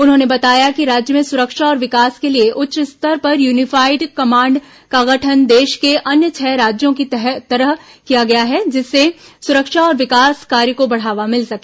उन्होंने बताया कि राज्य में सुरक्षा और विकास के लिए उच्च स्तर पर यूनिफाइड कमांड का गठन देश के अन्य छह राज्यों की तरह किया गया है जिससे सुरक्षा और विकास कार्य को बढ़ावा मिल सके